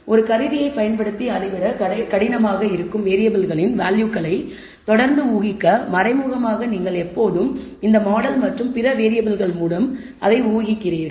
ஒரு கருவியைப் பயன்படுத்தி அளவிட கடினமாக இருக்கும் வேறியபிள்களின் வேல்யூகளை தொடர்ந்து ஊகிக்க மறைமுகமாக நீங்கள் எப்போதும் இந்த மாடல் மற்றும் பிற வேறியபிள்கள் மூலம் அதை ஊகிக்கிறீர்கள்